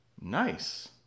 Nice